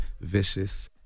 vicious